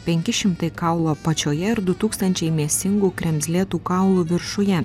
penki šimtai kaulų apačioje ir du tūkstančiai mėsingų kremzlėtų kaulų viršuje